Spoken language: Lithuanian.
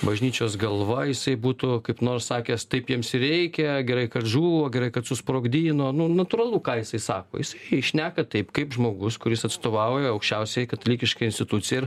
bažnyčios galva jisai būtų kaip nors sakęs taip jiems ir reikia gerai kad žuvo gerai kad susprogdino nu natūralu ką jisai sako jisai šneka taip kaip žmogus kuris atstovauja aukščiausiajai katalikiškai institucijai ir